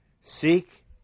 seek